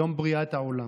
יום בריאת העולם.